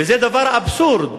וזה דבר אבסורדי.